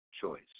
choice